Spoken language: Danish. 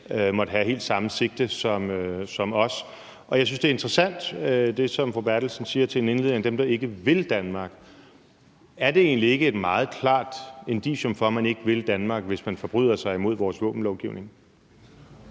måtte have helt samme sigte som os. Jeg synes, det er interessant at høre det, som fru Anne Valentina Berthelsen sagde i sin indledning om dem, der ikke vil Danmark. Er det egentlig ikke et meget klart indicium for, at man ikke vil Danmark, hvis man forbryder sig imod vores våbenlovgivning?